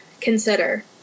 consider